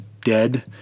dead